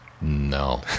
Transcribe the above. No